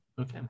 Okay